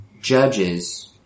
Judges